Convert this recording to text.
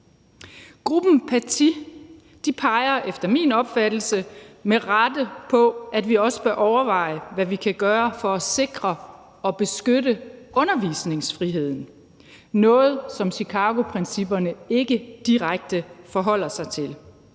Gruppen Paty peger efter min opfattelse med rette på, at vi også bør overveje, hvad vi kan gøre for at sikre og beskytte undervisningsfriheden – noget, som Chicagoprincipperne ikke direkte forholder sig til,